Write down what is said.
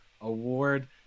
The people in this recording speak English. award